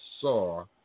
saw